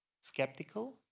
skeptical